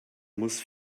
muss